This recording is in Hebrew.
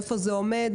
איפה זה עומד,